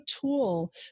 tool